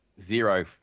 Zero